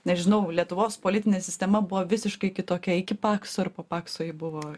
nežinau lietuvos politinė sistema buvo visiškai kitokia iki pakso ir po pakso ji buvo